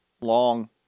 long